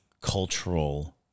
cultural